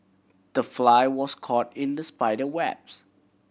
the fly was caught in the spider webs